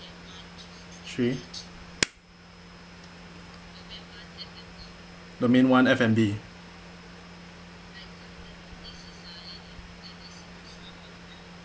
three domain one F&B